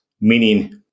meaning